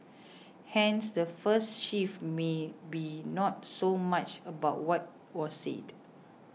hence the first shift may be not so much about what was said